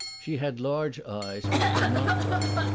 she had large eyes which were not bright,